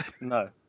No